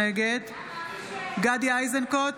נגד גדי איזנקוט,